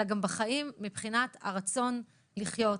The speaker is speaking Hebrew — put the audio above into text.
אלא גם בחיים מבחינת הרצון לחיות,